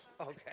okay